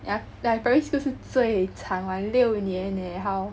yeah like primary school 是最长 [one] 六年 leh how